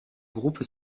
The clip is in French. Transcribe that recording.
groupes